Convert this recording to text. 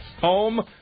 Home